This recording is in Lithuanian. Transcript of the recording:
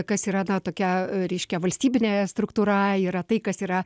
kas yra na tokia reiškia valstybinėje struktūra yra tai kas yra